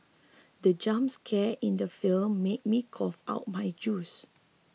the jump scare in the film made me cough out my juice